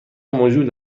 موجود